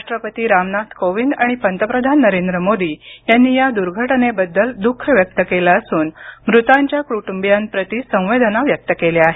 राष्ट्रपती रामनाथ कोविंद आणि पंतप्रधान नरेंद्र मोदी यांनी या दूर्घटनेबद्दल दूःख व्यक्त केलं असून मृतांच्या कुटुंबीयांप्रती संवेदना व्यक्त केल्या आहेत